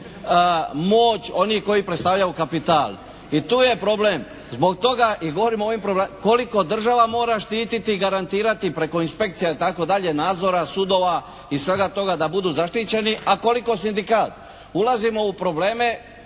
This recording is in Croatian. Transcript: moć onih koji predstavljaju kapital. I tu je problem. Zbog toga i govorim o ovim … /Govornik se ne razumije./ … koliko država mora štititi i garantirati preko inspekcija i tako dalje nadzora, sudova i svega toga da budu zaštićeni, a koliko sindikat. Ulazimo u probleme